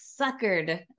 suckered